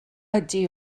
ydy